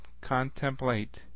Contemplate